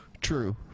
True